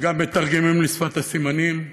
וגם מתרגמים לשפת הסימנים,